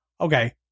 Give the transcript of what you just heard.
Okay